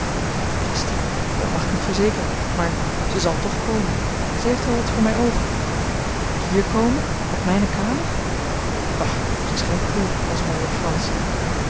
dat mag ik niet verzekeren maar zij zal toch komen zij heeft wel wat voor mij over hier komen op mijne kamer bah zij is geen prude onze majoor frans